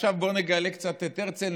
עכשיו בואו נגלה קצת את הרצל,